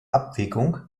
abwägung